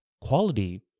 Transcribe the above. quality